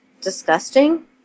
disgusting